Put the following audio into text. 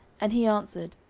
and he answered,